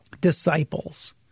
disciples